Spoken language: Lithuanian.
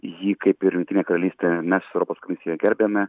jį kaip ir jungtinė karalystė mes europos komisija gerbiame